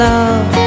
Love